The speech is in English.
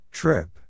Trip